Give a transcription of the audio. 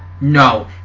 No